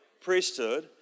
Priesthood